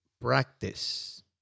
Practice